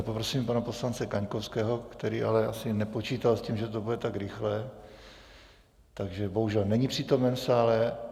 Poprosím pana poslance Kaňkovského, který ale asi nepočítal s tím, že to bude tak rychlé, bohužel není přítomen v sále.